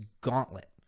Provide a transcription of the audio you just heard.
gauntlet